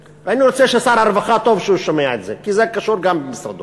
וטוב ששר הרווחה שומע את זה כי זה קשור גם במשרדו.